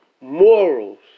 morals